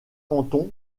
canton